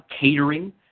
catering